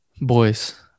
boys